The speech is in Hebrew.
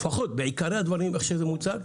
בעיקרי הדברים, כפי שזה מוצג,